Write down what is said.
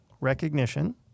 recognition